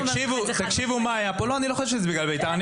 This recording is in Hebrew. אני לא חושב שזה בגלל בית"ר.